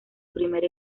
primer